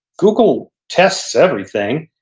google tests everything,